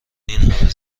اینهمه